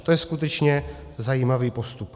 To je skutečně zajímavý postup.